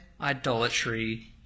idolatry